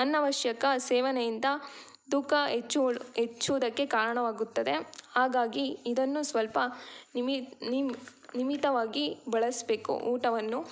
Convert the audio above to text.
ಅನವಶ್ಯಕ ಸೇವನೆಯಿಂದ ತೂಕ ಹೆಚ್ಚು ಹೆಚ್ಚುವುದಕ್ಕೆ ಕಾರಣವಾಗುತ್ತದೆ ಹಾಗಾಗಿ ಇದನ್ನು ಸ್ವಲ್ಪ ನಿಯಮಿತ ನಿಂ ನಿಯಮಿತವಾಗಿ ಬಳಸ್ಬೇಕು ಊಟವನ್ನು